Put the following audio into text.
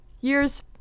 years